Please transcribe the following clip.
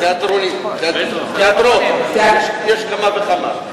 תיאטראות יש כמה וכמה.